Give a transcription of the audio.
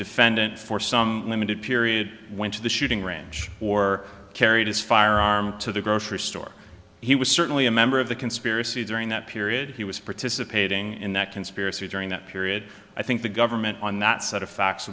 defendant for some limited period when to the shooting range or carried his firearm to the grocery store he was certainly a member of the conspiracy during that period he was participating in that conspiracy during that period i think the government on that set of facts